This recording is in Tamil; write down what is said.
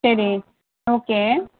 சரி ஓகே